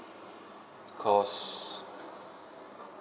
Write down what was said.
because